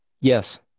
Yes